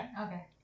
Okay